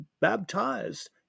baptized